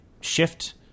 shift